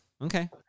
Okay